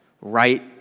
right